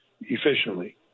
efficiently